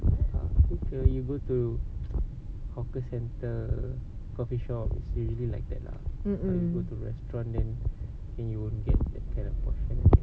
mm mm